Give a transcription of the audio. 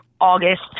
August